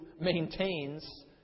maintains